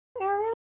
area